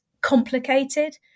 complicated